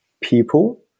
people